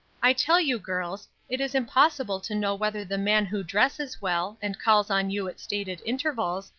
i tell you, girls, it is impossible to know whether the man who dresses well, and calls on you at stated intervals,